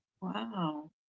Wow